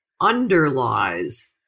underlies